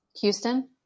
Houston